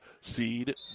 seed